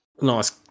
Nice